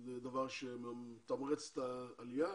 זה דבר שמתמרץ את העלייה.